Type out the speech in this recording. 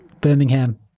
Birmingham